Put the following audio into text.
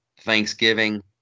Thanksgiving